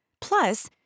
plus